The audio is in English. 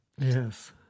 yes